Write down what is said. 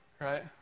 right